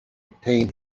obtain